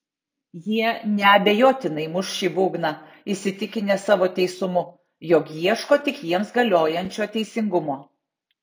jie neabejotinai muš šį būgną įsitikinę savo teisumu jog ieško tik jiems galiojančio teisingumo